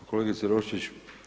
Kolegice Roščić.